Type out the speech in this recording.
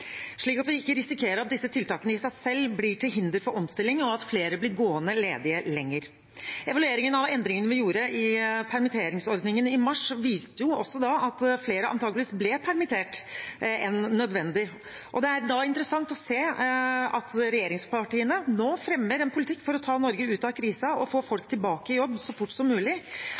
slik at vi ikke risikerer at disse tiltakene i seg selv blir til hinder for omstilling, og at flere blir gående ledige lenger. Evalueringen av endringene vi gjorde i permitteringsordningen i mars, viste at antakeligvis ble flere permittert enn nødvendig. Det er da interessant å se at regjeringspartiene nå fremmer en politikk for å ta Norge ut av krisen og få folk tilbake i jobb så fort som mulig,